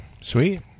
sweet